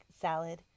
salad